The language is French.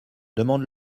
demande